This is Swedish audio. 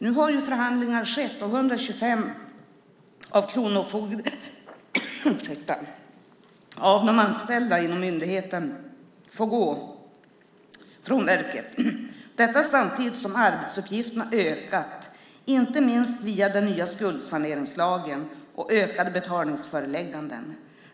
Nu har förhandlingar skett, och 125 av de anställda inom myndigheten får gå från verket. Detta sker samtidigt som arbetsuppgifterna har ökat, inte minst via den nya skuldsaneringslagen och ökade betalningsförelägganden.